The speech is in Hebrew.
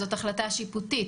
זאת החלטה שיפוטית,